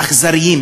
האכזריים,